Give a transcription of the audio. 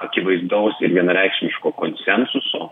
akivaizdaus ir vienareikšmiško konsensuso